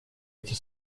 эти